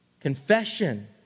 Confession